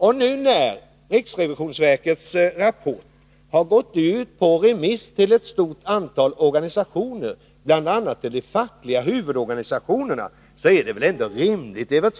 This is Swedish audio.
När nu riksrevisionsverkets rapport har gått ut på remiss till ett stort antal organisationer, bl.a. de fackliga huvudorganisationerna, är det väl ändå rimligt, Evert